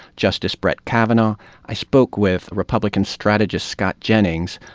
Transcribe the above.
justice brett kavanaugh i spoke with republican strategist scott jennings,